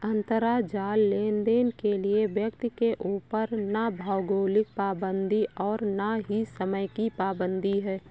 अंतराजाल लेनदेन के लिए व्यक्ति के ऊपर ना भौगोलिक पाबंदी है और ना ही समय की पाबंदी है